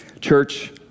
Church